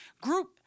group